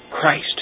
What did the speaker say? Christ